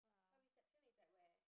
her reception is at where